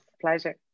Pleasure